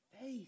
Faith